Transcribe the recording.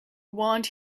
want